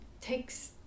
takes